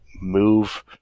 move